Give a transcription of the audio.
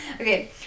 Okay